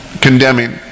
condemning